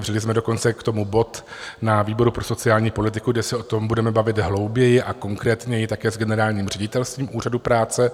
Otevřeli jsme dokonce k tomu bod na výboru pro sociální politiku, kde se o tom budeme bavit hlouběji, a konkrétněji také s generálním ředitelstvím Úřadu práce.